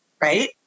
Right